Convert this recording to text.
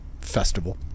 festival